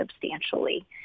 substantially